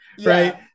Right